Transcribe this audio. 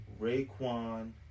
Rayquan